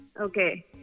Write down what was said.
Okay